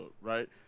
right